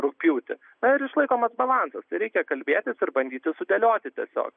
rugpjūtį na ir išlaikomas balansas reikia kalbėtis ir bandyti sudėlioti tiesiog